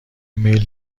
میل